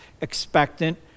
expectant